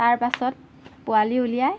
তাৰ পাছত পোৱালি উলিয়াই